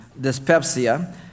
dyspepsia